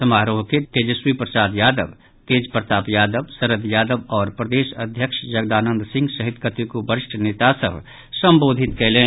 समारोह के तेजस्वी प्रसाद यादव तेजप्रताप यादव शरद यादव आओर प्रदेश अध्यक्ष जगदानंद सिंह सहित कतेको वरिष्ठ नेता सभ संबोधित कयलनि